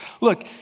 Look